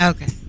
Okay